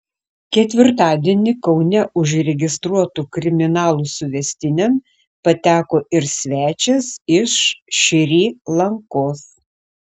ketvirtadienį kaune užregistruotų kriminalų suvestinėn pateko ir svečias iš šri lankos